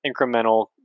incremental